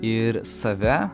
ir save